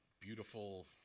beautiful